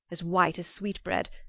as white as sweetbread,